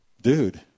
dude